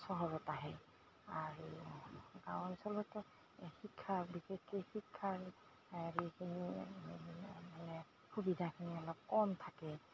চহৰত আহে আৰু গাঁও অঞ্চলতে শিক্ষা বিশেষকৈ শিক্ষাৰ যিখিনি মানে সুবিধাখিনি অলপ কম থাকে